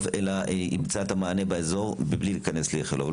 אלא ימצא את המענה באזור בלי להיכנס לאיכילוב.